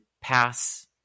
pass